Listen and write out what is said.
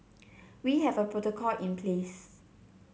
we have a protocol in place